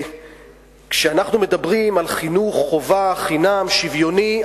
כשאנחנו מדברים על חינוך חובה חינם שוויוני,